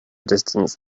distance